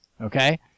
okay